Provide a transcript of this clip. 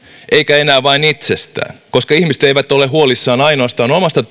eikä enää vain itsestään koska ihmiset eivät ole huolissaan ainoastaan omasta